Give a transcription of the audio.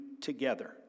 together